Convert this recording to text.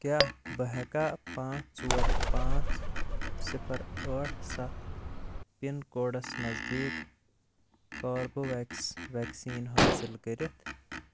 کیٛاہ بہٕ ہیٚکیٛاہ پانٛژھ ژور پانٛژھ صِفر ٲٹھ ستھ پِن کوڈس نٔزدیٖک کاربویٚکس ویکسیٖن حٲصِل کٔرِتھ